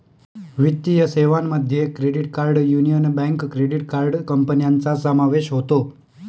वित्तीय सेवांमध्ये credit card union bank credit card कंपन्यांचा समावेश होतो